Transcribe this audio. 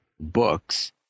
books